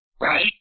Right